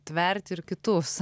tvert ir kitus